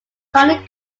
tiny